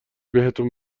بهتون